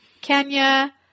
Kenya